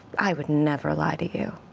i would never lie to you.